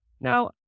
Now